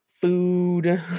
food